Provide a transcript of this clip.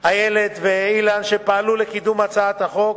איילת ואילן, שפעלו לקידום הצעת החוק.